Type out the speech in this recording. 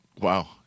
Wow